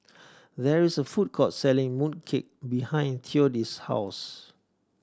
there is a food court selling mooncake behind Theodis' house